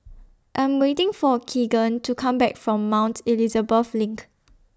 I Am waiting For Kegan to Come Back from Mount Elizabeth LINK